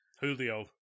julio